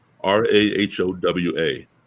R-A-H-O-W-A